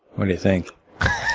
what do you think?